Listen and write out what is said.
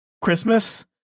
Christmas